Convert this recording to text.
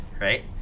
right